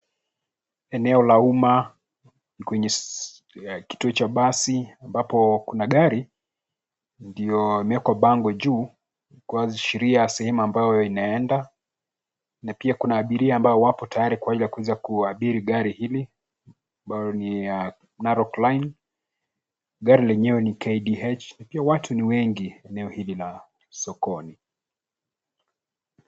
Eneo la umma kwenye kituo cha basi ambapo kuna gari ndio imewekwa bango juu kuashiria sehemu ambayo inaenda na pia kuna abiria ambao wapo tayari kwenda kuanza kuabiri gari hili amabayo niya Narok Line. Gari lenyewe ni KDH. Pia watu ni wengi eneo hii la sokoni.